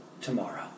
Tomorrow